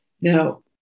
Now